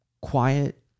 quiet